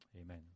Amen